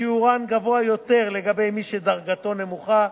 ששיעורן גבוה יותר לגבי מי שדרגתו נמוכה,